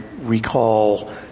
recall